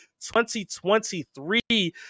2023